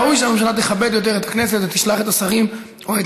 מן הראוי שהממשלה תכבד יותר את הכנסת ותשלח את השרים או את